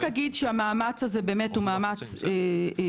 המאמץ הזה הוא באמת מאוד קשה.